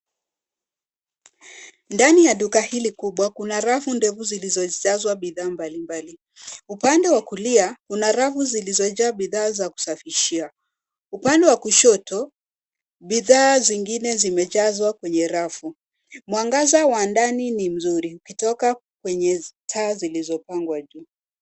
Ndani ya duka hili kubwa kuna rafu ndefu zilizojaswa bidhaa mbali mbali. Upande wa kulia, kuna rafu zilizojaa bidhaa za kusafishia. Upande wa kushoto bidhaa zingine zime jaswa kwenye rafu. Mwangaza wa ndani ni mzuri ukitoka kwenye taa zilizo pangwa juu.